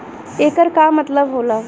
येकर का मतलब होला?